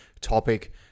topic